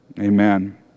Amen